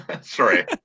Sorry